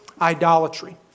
idolatry